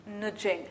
nudging